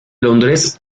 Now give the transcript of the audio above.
londres